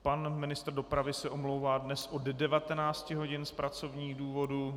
Pan ministr dopravy se omlouvá dnes od 19 hodin z pracovních důvodů.